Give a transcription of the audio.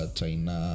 China